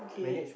okay